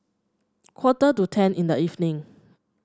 quarter to ten in the evening